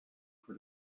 for